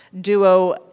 duo